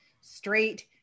straight